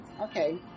okay